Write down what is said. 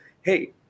hey